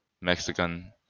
Mexican